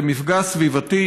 זה מפגע סביבתי,